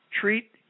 Treat